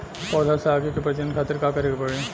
पौधा से आगे के प्रजनन खातिर का करे के पड़ी?